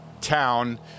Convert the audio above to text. town